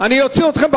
אני אוציא אתכן.